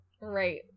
Right